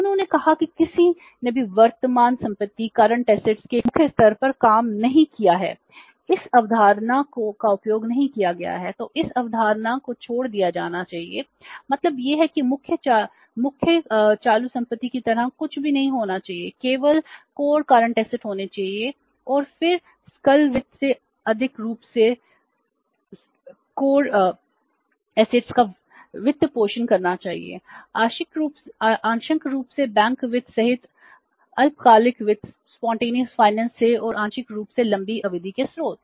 उन्होंने कहा कि किसी ने भी वर्तमान संपत्ति से और आंशिक रूप से लंबी अवधि के स्रोत